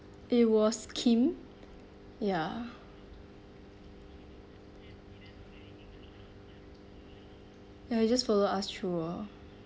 it was kim ya ya he just follow us through uh